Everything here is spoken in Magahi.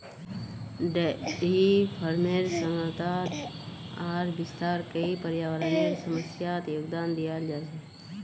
डेयरी फार्मेर सघनता आर विस्तार कई पर्यावरनेर समस्यात योगदान दिया छे